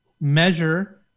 measure